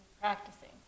practicing